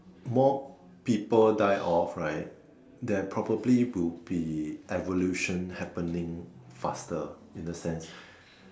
more people die off right there probably will be evolution happening faster in the sense